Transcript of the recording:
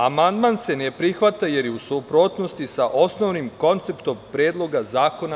Amandman se ne prihvata jer je u suprotnosti sa osnovnim konceptom predloga zakona.